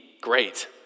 great